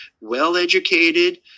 well-educated